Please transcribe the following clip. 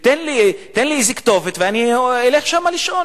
תן לי איזה כתובת ואני אלך שם לשאול,